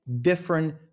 different